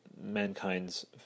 mankind's